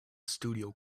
studio